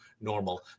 normal